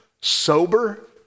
sober